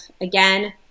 again